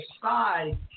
side